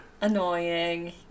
Annoying